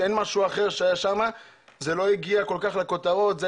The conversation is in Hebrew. זה לא הגיע כל כך לכותרות.